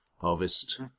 harvest